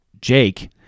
Jake